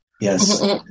Yes